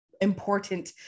important